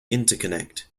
interconnect